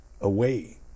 away